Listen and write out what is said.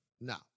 now